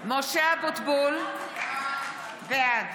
מזכירת הכנסת, בבקשה.